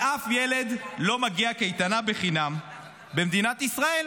לאף ילד לא מגיעה קייטנה בחינם במדינת ישראל,